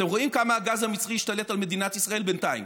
אתם רואים כמה הגז המצרי השתלט על מדינת ישראל בינתיים,